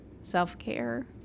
self-care